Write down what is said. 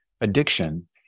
addiction